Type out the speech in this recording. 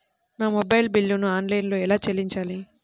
నా మొబైల్ బిల్లును ఆన్లైన్లో ఎలా చెల్లించాలి?